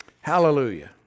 Hallelujah